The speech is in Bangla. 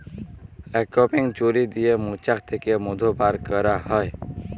অংক্যাপিং ছুরি দিয়ে মোচাক থ্যাকে মধু ব্যার ক্যারা হয়